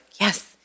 yes